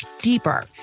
deeper